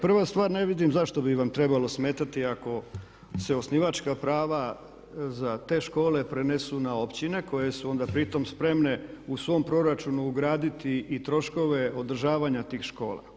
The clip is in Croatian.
Prva stvar ne vidim zašto bi vam trebalo smetati ako se osnivačka prava za te škole prenesu na općine koje su onda pritom spremne u svom proračunu ugraditi i troškove održavanja tih škola.